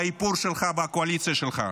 האיפור שלך והקואליציה שלך.